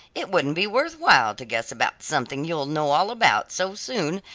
it wouldn't be worth while to guess about something you'll know all about so soon,